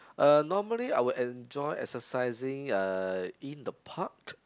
uh normally I would enjoy exercising uh in the park